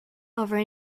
over